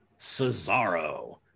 Cesaro